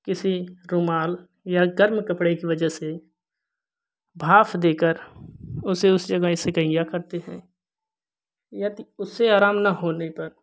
किसी रुमाल या गर्म कपड़े की वजह से भाप देकर उसे उस समय सेकैया करते है यदि उससे आराम न होने पर